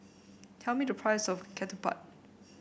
tell me the price of Ketupat